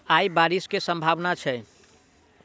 आय बारिश केँ सम्भावना छै?